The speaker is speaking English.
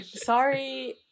Sorry